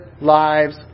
Lives